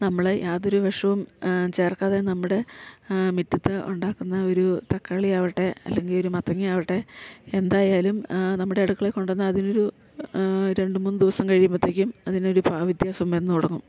നമ്മള് യാതൊരു വിഷവും ചേർക്കാതെ നമ്മുടെ മിറ്റത്ത് ഉണ്ടാക്കുന്ന ഒരു തക്കാളിയാവട്ടെ അല്ലെങ്കിൽ ഒരു മത്തങ്ങയാവട്ടെ എന്തായാലും നമ്മുടെ അടുക്കളയിൽ കൊണ്ട് വന്നാൽ അതിനൊരു രണ്ട് മൂന്ന് ദിവസം കഴിയുമ്പത്തേക്കും അതിനൊരു ഭാവവ്യത്യാസം വന്ന് തുടങ്ങും